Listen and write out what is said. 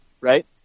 right